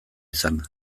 izana